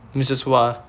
missus wa